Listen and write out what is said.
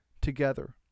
together